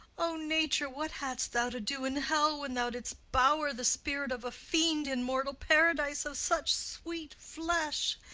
o nature, what hadst thou to do in hell when thou didst bower the spirit of a fiend in mortal paradise of such sweet flesh?